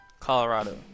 Colorado